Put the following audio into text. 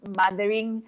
mothering